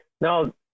no